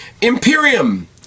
Imperium